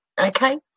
okay